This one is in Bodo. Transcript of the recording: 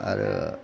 आरो